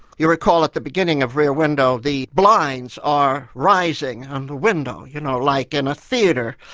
you recall at the beginning of rear window the blinds are rising on the window, you know, like in a theatre,